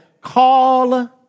Call